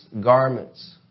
garments